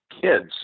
kids